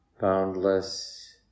boundless